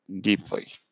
deeply